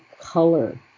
color